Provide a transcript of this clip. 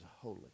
holy